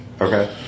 Okay